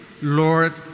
Lord